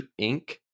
Inc